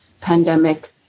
pandemic